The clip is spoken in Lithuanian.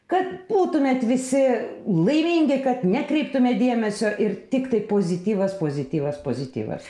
kad būtumėt visi laimingi kad nekreiptumėt dėmesio ir tiktai pozityvas pozityvas pozityvas